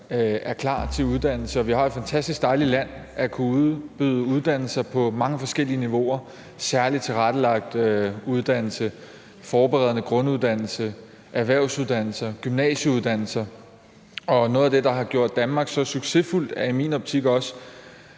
er klar til uddannelse, og at vi har et fantastisk dejligt land, der kan udbyde uddannelser på mange forskellige niveauer – særligt tilrettelagt uddannelse, forberedende grunduddannelse, erhvervsuddannelser, gymnasieuddannelser. Og noget af det, der har gjort Danmark så succesfuldt, er i min optik også,